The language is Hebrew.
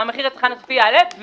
והמחיר לצרכן הסופי יעלה.